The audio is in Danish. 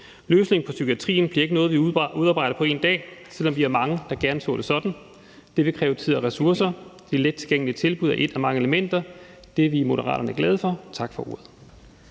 Løsningen for psykiatrien er ikke noget, vi udarbejder på en dag, selv om vi er mange, der gerne så det sådan. Det vil kræve tid og ressourcer. Det lettilgængelige tilbud er et af mange elementer, og det er vi i Moderaterne glade for. Tak for ordet.